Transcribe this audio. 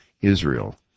Israel